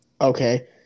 okay